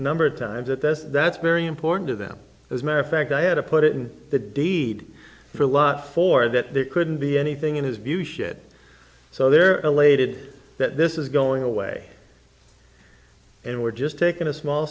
number of times at this that's very important to them as mayor of fact i had to put it in the deed for a lot for that there couldn't be anything in his view shit so they're elated that this is going away and we're just taking a small